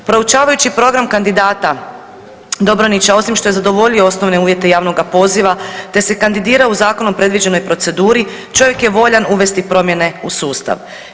Proučavajući program kandidata Dobronića osim što je zadovoljio osnovne uvjete javnoga poziva te se kandidirao u zakonom predviđenoj proceduri čovjek je volja uvesti promjene u sustav.